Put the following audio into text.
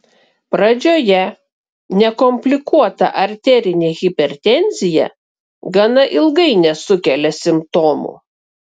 pradžioje nekomplikuota arterinė hipertenzija gana ilgai nesukelia simptomų